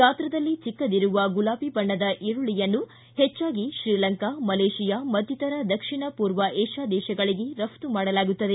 ಗಾತ್ರದಲ್ಲಿ ಚಿಕ್ಕದಿರುವ ಗುಲಾಬಿ ಬಣ್ಣದ ಈರುಳ್ಳಿಯನ್ನು ಪೆಚ್ಚಾಗಿ ಶ್ರೀಲಂಕಾ ಮಲೇಷಿಯಾ ಮತ್ತಿತರ ದಕ್ಷಿಣ ಪೂರ್ವ ಏಷ್ನಾ ದೇಶಗಳಿಗೆ ರಪ್ತು ಮಾಡಲಾಗುತ್ತದೆ